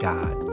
God